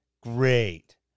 Great